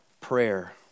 prayer